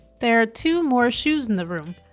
there are two more shoes in the room.